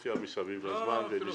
פילוסופיה סביב זה.